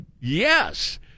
Yes